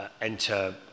enter